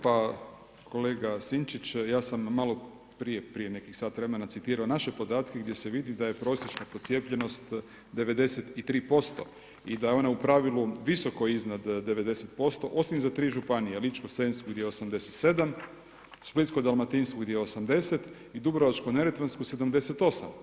Pa kolega Sinčić, ja sam malo prije, prije nekih sat vremena citirao naše podatke gdje se vidi da je prosječna procijepljenost 93% i da je ona u pravilu visoko iznad 90% osim za 3 županije Ličko-senjsku gdje je 87, Splitsko-dalmatinsku gdje je 80 i Dubrovačko-neretvansku 78.